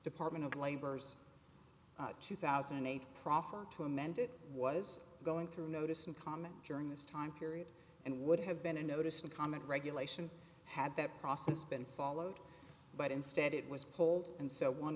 department of labor's two thousand and eight proffer to amend it was going through notice and comment during this time period and would have been a notice of comment regulation had that process been followed but instead it was pulled and so one